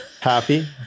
Happy